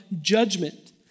judgment